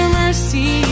mercy